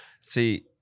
See